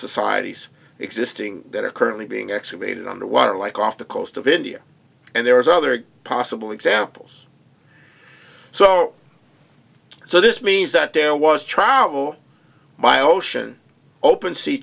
societies existing that are currently being excavated underwater like off the coast of india and there's other possible examples so so this means that there was trial by ocean open sea